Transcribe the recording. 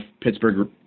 Pittsburgh